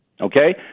Okay